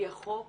כי החוק